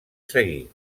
seguir